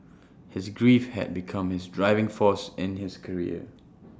his grief had become his driving force in his career